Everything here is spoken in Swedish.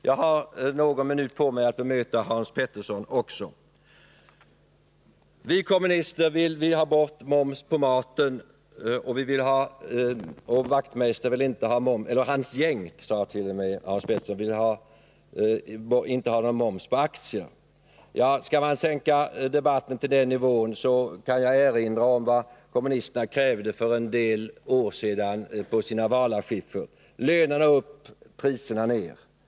Jag har någon minut på mig att bemöta Hans Petersson i Hallstahammar också. Hans Petersson sade: Vi kommunister vill ha bort momsen på maten, och Knut Wachtmeister — ja, Hans Petersson sade t.o.m. Knut Wachtmeister och hans gäng — vill inte ha någon moms på aktier. Skall man sänka debatten till den nivån kan jag erinra om vad kommunisterna krävde för en del år sedan på sina valaffischer: Lönerna upp, priserna ner.